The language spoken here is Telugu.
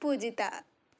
పూజిత